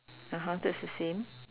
(uh huh) that's the same